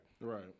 Right